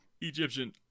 egyptian